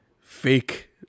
fake